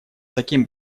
таким